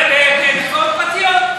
במקוואות פרטיים.